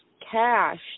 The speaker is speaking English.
cash